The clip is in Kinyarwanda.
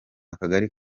akagari